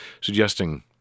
suggesting